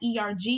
ERG